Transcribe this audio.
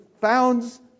founds